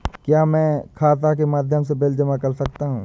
क्या मैं खाता के माध्यम से बिल जमा कर सकता हूँ?